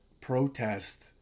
protest